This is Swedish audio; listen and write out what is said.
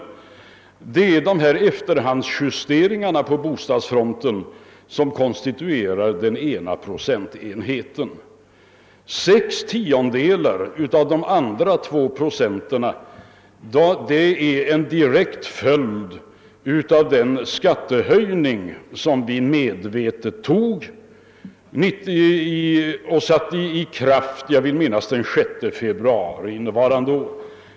Det är dessa efterhandsjusteringar på bostadsfronten som konstituerar en procentenhet av prisstegringen. Sex tiondelar av de andra 2 procenten är en direkt följd av den skattehöjning som vi medvetet beslöt och satte i kraft, jag vill minnas den 6 februari innevarande år.